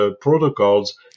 protocols